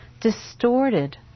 distorted